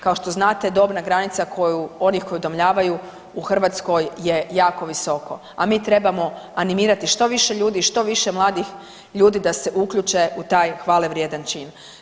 Kao što znate, dobna granica kojih, onih koji udomljavaju u Hrvatskoj je jako visoko, a mi trebamo animirati što više ljudi i što više mladih ljudi da se uključe u taj hvale vrijedan čin.